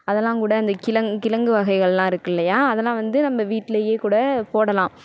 அதெல்லாம் கூட அந்த கிழங்கு வகைகள்லாம் இருக்குது இல்லையா அதெல்லாம் வந்து நம்ம வீட்டிலேயே கூட போடலாம்